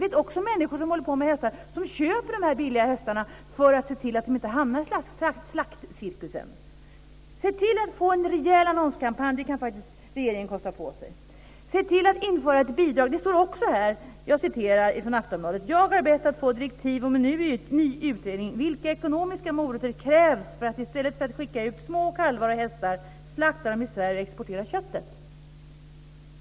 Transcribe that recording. Jag vet också människor som håller på med hästar som köper de här billiga hästarna för att se till att de inte hamnar i slaktcirkusen. Se till att vi får en rejäl annonskampanj! Det kan faktiskt regeringen kosta på sig. Se till att införa ett bidrag! Det står också här i Aftonbladet: "Jag har bett att få direktiv om en ny utredning: Vilka ekonomiska morötter krävs för att i stället för att skicka ut små kalvar och hästar slakta dem i Sverige och exportera köttet?"